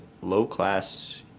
low-class